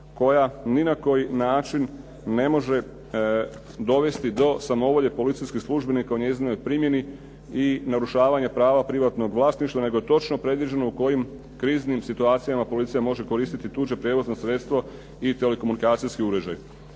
koja ni na koji način ne može dovesti do samovolje policijskih službenika u njezinoj primjeni i narušavanje prava privatnog vlasništva, nego je točno predviđeno u kojim kriznim situacijama policija može koristiti tuđe prijevozno sredstvo i telekomunikacijski uređaj.